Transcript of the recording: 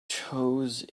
chose